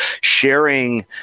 sharing